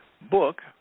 book